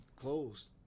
closed